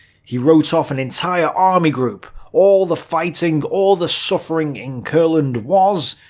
he wrote off an entire army group. all the fighting, all the suffering in kurland was,